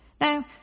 Now